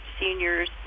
seniors